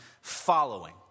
following